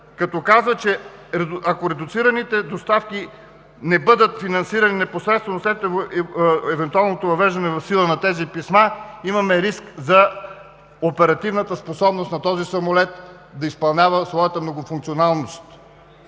като казва, че ако редуцираните доставки не бъдат финансирани непосредствено след евентуалното въвеждане в сила на тези писма, имаме риск за оперативната способност на този самолет да изпълнява своята многофункционалност.